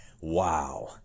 Wow